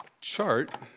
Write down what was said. chart